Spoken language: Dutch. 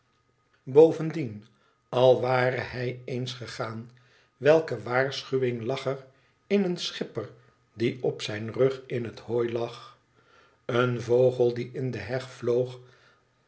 bovendien al ware hij eens gegaan welke waarschuwing lag erin een schipper die op zijn rug in het hooi lag i en vogel die in de heg vloog